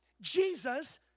Jesus